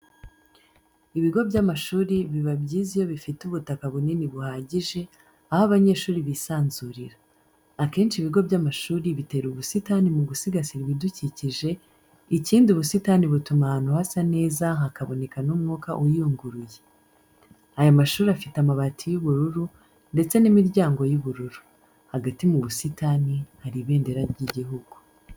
Ibigo by'amashuri biba byiza iyo bifite ubutaka bunini buhagije, aho abanyeshuri bisanzurira. Akenshi ibigo by'amashuri bitera ubusitani mu gusigasira ibidukikije, ikindi ubusitani butuma ahantu hasa neza hakaboneka n'umwuka uyunguruye. Aya mashuri afite amabati y'ubururu ndetse n'imiryango y'ubururu. Hagati mu busitani hari ibendera ry'igihugu.